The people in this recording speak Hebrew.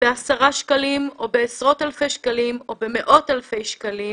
בעשרה שקלים או בעשרות אלפי שקלים או במאות אלפי שקלים